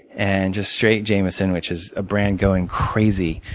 and just straight jamison, which is a brand going crazy.